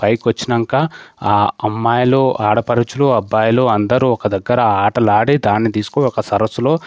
పైకి వచ్చాక ఆ అమ్మాయిలు ఆడపడుచులు అబ్బాయిలు అందరూ ఒక దగ్గర ఆటలు ఆడి దాన్ని తీసుకపోయి ఒక సరస్సులో